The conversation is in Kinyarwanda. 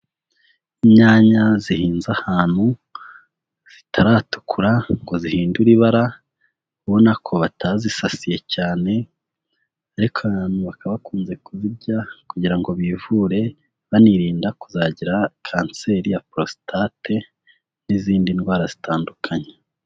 Inyanya zihinze ahantu zitaratukura ngo zihindure ibara, ubona ko batazisasiye cyane ariko abantu bakaba bakunze kuzirya kugira ngo bivure banirinda kuzagira kanseri ya prostate n'izindi ndwara zitandukanye.